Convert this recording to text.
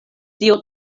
dio